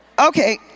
Okay